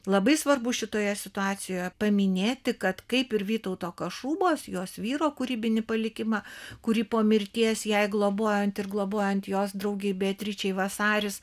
labai svarbu šitoje situacijoje paminėti kad kaip ir vytauto kašubos jos vyro kūrybinį palikimą kurį po mirties jai globojant ir globojant jos draugei beatričei vasaris